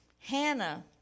Hannah